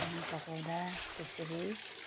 खाना पकाउँदा त्यसरी